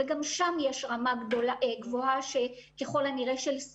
שגם שם יש רמה גבוהה של סיכון.